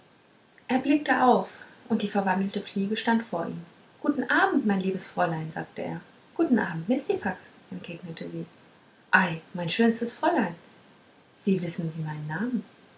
er blickte auf und die verwandelte fliege stand vor ihm guten abend mein liebes fräulein sagte er guten abend mistifax entgegnete sie ei mein schönstes fräulein wie wissen sie meinen namen